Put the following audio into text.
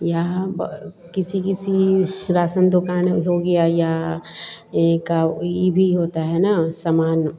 यह किसी किसी रासन दुकान हो गया या एक ई भी होता है ना सामान